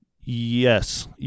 Yes